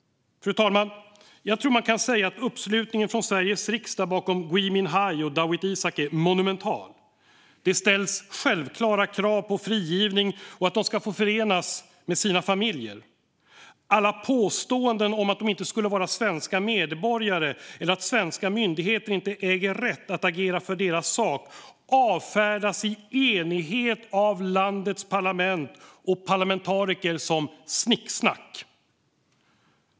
Fru talman! Jag tror att man kan säga att uppslutningen från Sveriges riksdag bakom Gui Minhai och Dawit Isaak är monumental. Det ställs självklara krav på frigivning och att de ska få förenas med sina familjer. Alla påståenden om att de inte skulle vara svenska medborgare eller att svenska myndigheter inte äger rätt att agera för deras sak avfärdas i enighet av landets parlament och parlamentariker som snicksnack.